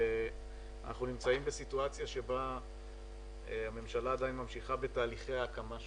אנחנו נמצאים בסיטואציה שבה הממשלה עדיין ממשיכה בתהליכי ההקמה שלה.